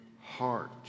heart